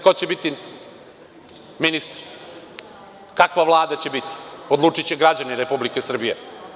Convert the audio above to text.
Ko će biti ministar, kakva Vlada će biti, odlučiće građani Republike Srbije.